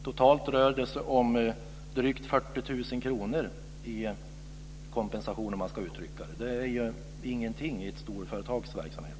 Det rör sig om totalt drygt 40 000 kr i kompensation. Det är ju ingenting i ett storföretags verksamhet.